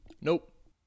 Nope